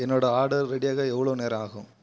என்னோடய ஆர்டர் ரெடியாக எவ்வளோ நேரம் ஆகும்